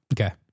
Okay